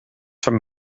from